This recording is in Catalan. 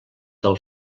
del